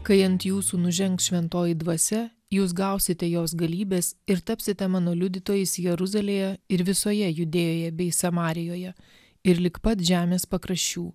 kai ant jūsų nužengs šventoji dvasia jūs gausite jos galybės ir tapsite mano liudytojais jeruzalėje ir visoje judėjoje bei samarijoje ir lig pat žemės pakraščių